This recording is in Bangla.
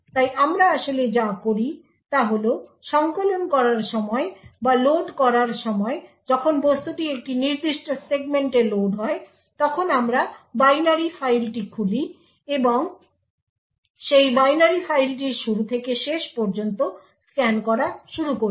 তাই আমরা আসলে যা করি তা হল সংকলন করার সময় বা লোড করার সময় যখন বস্তুটি একটি নির্দিষ্ট সেগমেন্টে লোড হয় তখন আমরা বাইনারি ফাইলটি খুলি এবং সেই বাইনারি ফাইলটির শুরু থেকে শেষ পর্যন্ত স্ক্যান করা শুরু করি